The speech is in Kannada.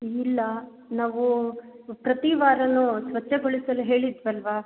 ಇಲ್ಲ ನಾವು ಪ್ರತಿ ವಾರನು ಸ್ವಚ್ಚಗೊಳಿಸಲು ಹೇಳಿದ್ದೆವಲ್ವಾ